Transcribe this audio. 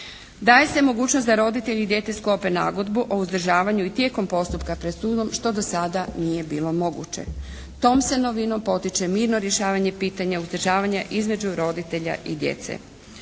Daje se mogućnost da roditelj i dijete sklope nagodbu o uzdržavanju i tijekom postupka pred sudom što do sada nije bilo moguće. Tom se novinom potiče mirno rješavanje pitanja uzdržavanja između roditelja i djece.